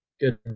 Good